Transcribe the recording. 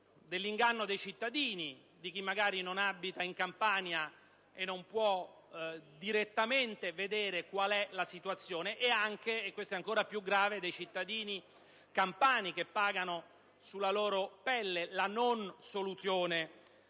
dell'inganno dei cittadini, di chi magari non abita in Campania e non può direttamente vedere qual è la situazione e - fatto ancor più grave - dei cittadini campani che pagano sulla loro pelle la mancata soluzione